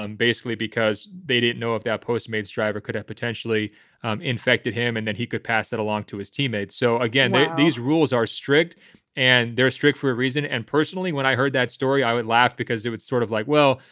um basically because they didn't know if that post mate's driver could have potentially infected him and that and he could pass that along to his teammate. so, again, these rules are strict and they're strict for a reason. and personally, when i heard that story, i would laugh because it was sort of like, well,